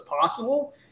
possible